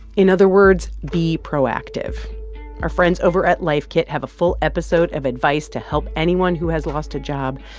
in other words, be proactive our friends over at life kit have a full episode of advice to help anyone who has lost a job.